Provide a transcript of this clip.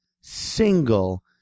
single